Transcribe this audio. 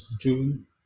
June